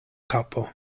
kapo